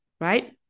right